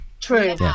True